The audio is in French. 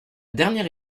dernière